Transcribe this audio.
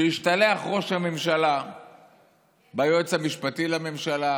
השתלח ראש הממשלה ביועץ המשפטי לממשלה,